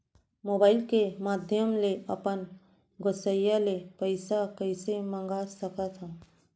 Mobile के माधयम ले अपन गोसैय्या ले पइसा कइसे मंगा सकथव?